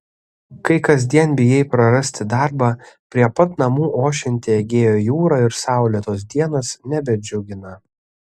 kai kasdien bijai prarasti darbą prie pat namų ošianti egėjo jūra ir saulėtos dienos nebedžiugina